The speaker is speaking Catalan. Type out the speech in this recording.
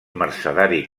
mercedari